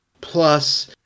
Plus